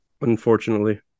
Unfortunately